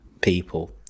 people